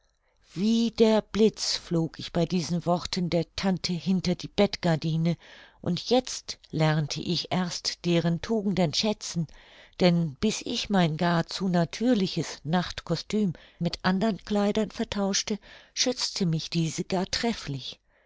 wie der blitz flog ich bei diesen worten der tante hinter die bettgardine und jetzt lernte ich erst deren tugenden schätzen denn bis ich mein gar zu natürliches nachtkostüm mit andern kleidern vertauschte schützte mich diese gar trefflich